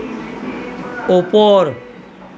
ওপৰ